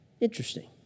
Interesting